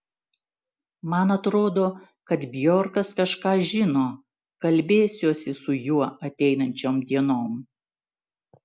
man atrodo kad bjorkas kažką žino kalbėsiuosi su juo ateinančiom dienom